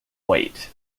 weight